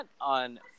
on